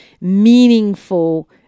meaningful